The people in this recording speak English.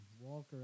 Walker